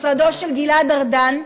משרדו של גלעד ארדן,